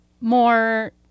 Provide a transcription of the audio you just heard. more